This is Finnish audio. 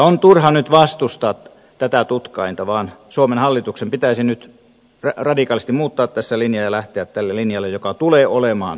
on turha nyt vastustaa tätä tutkainta vaan suomen hallituksen pitäisi nyt radikaalisti muuttaa tässä linjaa ja lähteä tälle linjalle joka tulee olemaan tulevaisuuden linja